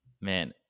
man